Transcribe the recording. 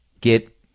get